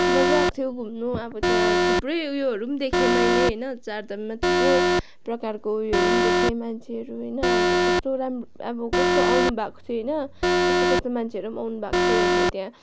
मजा आएको थियो घुम्नु अब त्यहाँ थुप्रै उयोहरू पनि देखेँ मैले चारधाममा थुप्रो प्रकारको उयोहरू पनि देखेँ मान्छेहरू होइन अब कस्तो राम अब कस्तो आउनु भएको थियो होइन कस्तो कस्तो मान्छेहरू पनि आउनु भएको थियो अब त्यहाँ